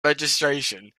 registration